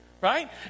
right